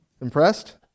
Impressed